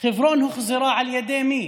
חברון הוחזרה, על ידי מי?